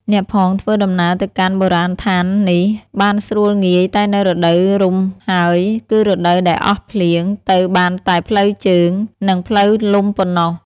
អ្នកផងធ្វើដំណើរទៅកាន់ បុរាណដ្ឋាននេះ បានស្រួលងាយតែនៅរដូវរំហើយ គឺរដូវដែលអស់ភ្លៀង ទៅបានតែផ្លូវជើង និងផ្លូវលំប៉ុណ្ណោះ។